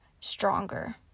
stronger